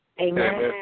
amen